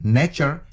nature